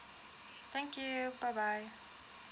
thank you bye bye